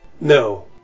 No